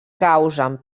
causen